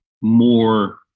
more